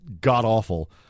god-awful